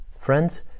Friends